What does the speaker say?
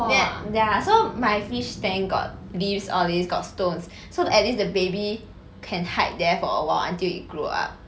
then ya so my fish tank got leaves all these got stones so that at least the baby can hide there for a while until it grow up